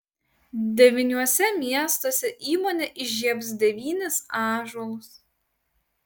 devyniuose miestuose įmonė įžiebs devynis ąžuolus